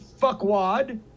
fuckwad